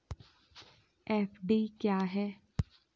FD क्या है?